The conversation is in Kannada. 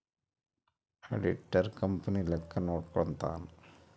ಆಡಿಟರ್ ಕಂಪನಿ ಲೆಕ್ಕ ನೋಡ್ಕಂತಾನ್